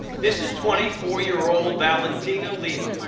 this is twenty four year old valuen tina liba,